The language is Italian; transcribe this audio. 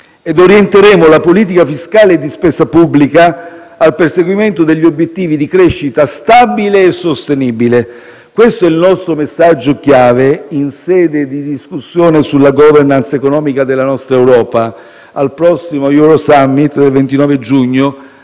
e orienteremo la politica fiscale e di spesa pubblica al perseguimento degli obiettivi di crescita stabile e sostenibile. Questo è il nostro messaggio chiave in sede di discussione sulla *governance* economica della nostra Europa al prossimo Euro Summit del 29 giugno,